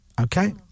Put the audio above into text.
Okay